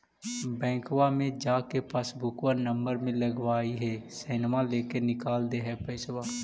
बैंकवा मे जा के पासबुकवा नम्बर मे लगवहिऐ सैनवा लेके निकाल दे है पैसवा?